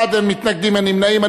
בעד, 18, אין מתנגדים, אין נמנעים.